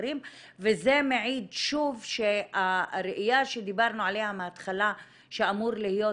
אחרים וזה מעיד שוב שהראייה שדיברנו עליה מההתחלה שאמורה להיות